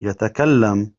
يتكلم